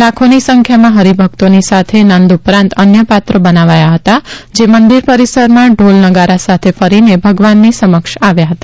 લાખોની સંખ્યામાં હરિભક્તોની સાથે નંદ ઉપરાંત અન્ય પાત્રો બનાવાયા હતા જે મંદિર પરિસરમાં ઢોલ નગારા સાથે ફરીને ભગવાનની સમક્ષ આવ્યા હતા